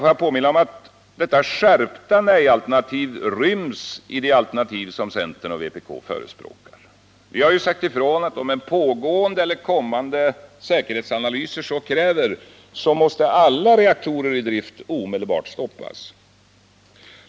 Får jag påminna om att detta skärpta nejalternativ ryms i det alternativ som centern och vpk förespråkar. Vi har ju sagt ifrån att om pågående eller kommande säkerhetsanalyser så kräver, måste alla reaktorer i drift omedelbart stoppas.